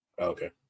Okay